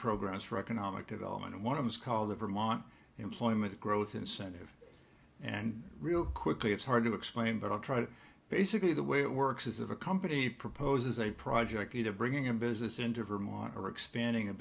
programs for economic development and one of those called the vermont employment growth incentive and real quickly it's hard to explain but i'll try to basically the way it works is if a company proposes a project either bringing a business into vermont or expanding